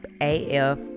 af